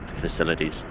facilities